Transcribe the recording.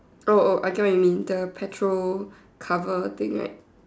oh oh I get what you mean the petrol cover thing right